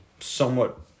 somewhat